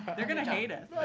they're going to hate us.